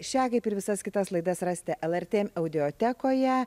šią kaip ir visas kitas laidas rasti lrt audiotekoje